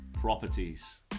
properties